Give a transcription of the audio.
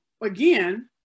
again